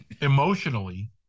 emotionally